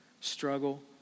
struggle